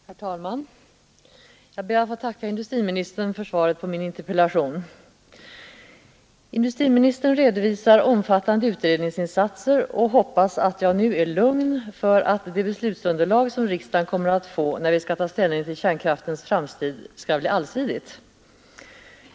Herr talman! Jag ber att få tacka industriministern för svaret på min interpellation. Industriministern redovisar omfattande utredningsinsatser och hoppas att jag nu är lugn för att det beslutsunderlag som riksdagen kommer att få, när vi skall ta ställning till kärnkraftens framtid, skall bli allsidigt.